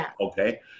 Okay